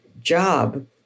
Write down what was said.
job